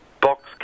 Box